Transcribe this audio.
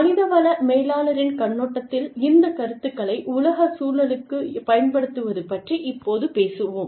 மனித வள மேலாளரின் கண்ணோட்டத்தில் இந்த கருத்துக்களை உலக சூழலுக்குப் பயன்படுத்துவது பற்றி இப்போது பேசுவோம்